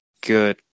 good